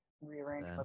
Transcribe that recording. Rearrange